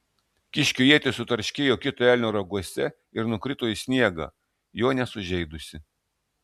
kiškio ietis sutarškėjo kito elnio raguose ir nukrito į sniegą jo nesužeidusi